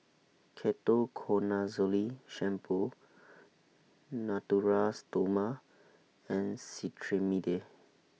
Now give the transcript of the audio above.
Ketoconazole Shampoo Natura Stoma and Cetrimide